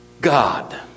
God